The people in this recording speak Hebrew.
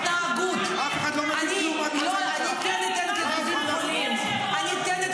אף אחד לא --- אני כן אתחשב בזה.